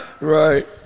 right